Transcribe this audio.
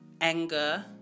anger